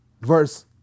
Verse